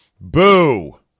Boo